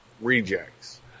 rejects